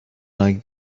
like